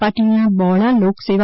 પાટિલના બહોળા લોકસેવા